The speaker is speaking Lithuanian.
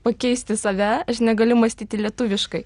pakeisti save aš negaliu mąstyti lietuviškai